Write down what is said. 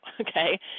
okay